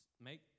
make